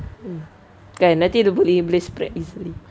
mm kan nanti dia boleh spread easily